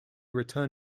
return